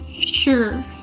Sure